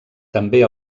també